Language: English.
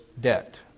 debt